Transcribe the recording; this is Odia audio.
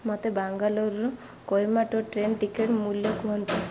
ମୋତେ ବାଙ୍ଗାଲୋରରୁ କୋଏମ୍ୱାଟୋର ଟ୍ରେନ ଟିକେଟ୍ ମୂଲ୍ୟ କୁହନ୍ତୁ